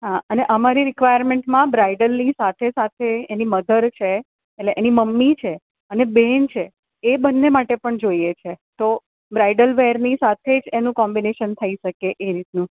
હા અને અમારી રિક્વાયરમેન્ટમાં બ્રાઈડલની સાથે સાથે એની મધર છે એટલે એની મમ્મી છે અને બેન છે એ બંને માટે પણ જોઈએ છે તો બ્રાઈડલ વેરની સાથે જ એનુ કોમ્બિનેશન થઈ શકે એ રીતનું